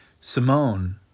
Simone